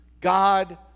God